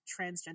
transgender